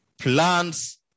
Plants